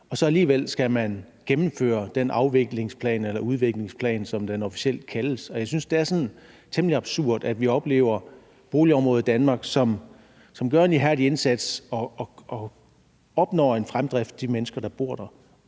Alligevel skal man så gennemfører den afviklingsplan, eller udviklingsplan, som den officielt kaldes. Jeg synes, det er temmelig absurd, at vi oplever boligområder i Danmark, hvor de mennesker, der bor der,